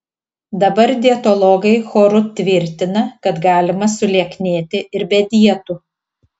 dabar dietologai choru tvirtina kad galima sulieknėti ir be dietų